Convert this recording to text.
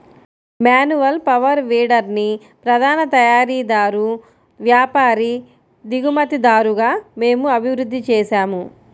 manual power వీడర్ని ప్రధాన తయారీదారు, వ్యాపారి, దిగుమతిదారుగా మేము అభివృద్ధి చేసాము